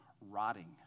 rotting